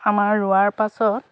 আমাৰ ৰোৱাৰ পাছত